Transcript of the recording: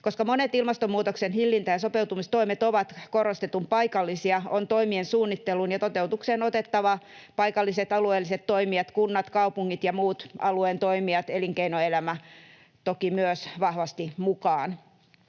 Koska monet ilmastonmuutoksen hillintä- ja sopeutumistoimet ovat korostetun paikallisia, on toimien suunnitteluun ja toteutukseen otettava paikalliset, alueelliset toimijat — kunnat, kaupungit ja muut alueen toimijat, elinkeinoelämä toki myös — vahvasti mukaan.